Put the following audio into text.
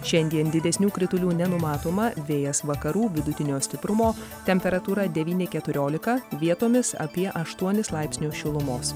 šiandien didesnių kritulių nenumatoma vėjas vakarų vidutinio stiprumo temperatūra devyni keturiolika vietomis apie aštuonis laipsnius šilumos